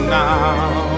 now